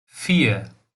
vier